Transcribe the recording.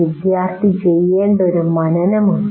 വിദ്യാർത്ഥി ചെയ്യേണ്ട ഒരു മനനമുണ്ട്